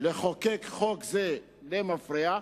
לחוקק חוק זה למפרע,